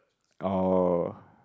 oh